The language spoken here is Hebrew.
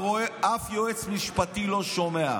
אף יועץ משפטי לא שומע.